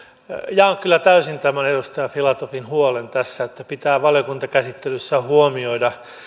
jaan kyllä täysin tämän edustaja filatovin huolen tässä että pitää valiokuntakäsittelyssä huomioida